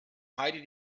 heidi